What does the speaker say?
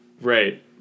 right